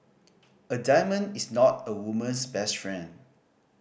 a diamond is not a woman's best friend